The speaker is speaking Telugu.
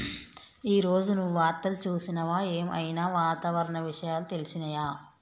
ఈ రోజు నువ్వు వార్తలు చూసినవా? ఏం ఐనా వాతావరణ విషయాలు తెలిసినయా?